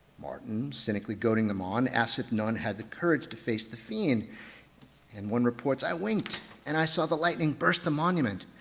martin cynically goading them on asked if none had the courage to face the fiend and one reports, i winked and i saw the lightning burst the monument.